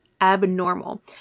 abnormal